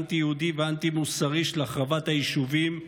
אנטי-יהודי ואנטי-מוסרי של החרבת היישובים,